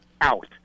out